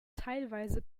teilweise